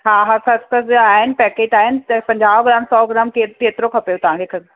हा हा खसखस जा आहिनि पैकिट आहिनि पंजाह ग्राम सौ ग्राम केत केतिरो खपे तव्हां खे खस